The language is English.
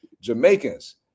Jamaicans